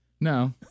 No